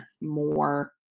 more